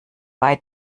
bei